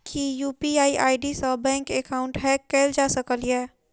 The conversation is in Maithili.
की यु.पी.आई आई.डी सऽ बैंक एकाउंट हैक कैल जा सकलिये?